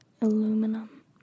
aluminum